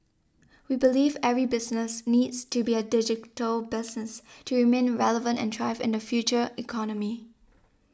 we believe every business needs to be a digital business to remain relevant and thrive in the future economy